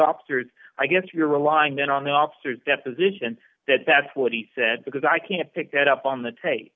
officers i guess you're relying then on the officers deposition that that's what he said because i can't pick that up on the tape